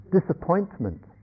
disappointment